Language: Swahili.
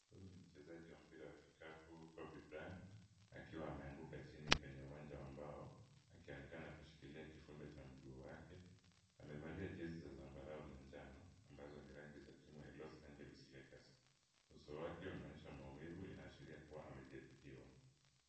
Huyu ni mchezaji wa mpira wa kikapu Kobe Bryant, akiwa ameanguka chini kwenye uwanja wa mbao akionekana kushikilia kifundo cha mguu wake. Amevalia jezi za zambarau na njano, ambazo ni rangi za timu ya Los Angeles Lakers. Uso wake unaonyesha maumivu, inaashiria kuwa amejeruhiwa.